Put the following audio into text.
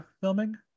filming